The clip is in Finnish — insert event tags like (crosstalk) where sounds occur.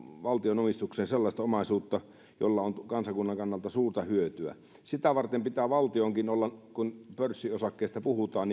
valtion omistukseen sellaista omaisuutta jolla on kansakunnan kannalta suurta hyötyä sitä varten pitää valtiollakin olla kun pörssiosakkeista puhutaan (unintelligible)